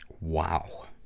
Wow